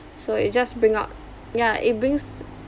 so it just bring out ya it brings